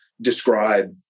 describe